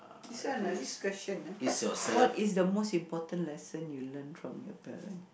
this one ah this question ah what is the most important lesson you learn from your parents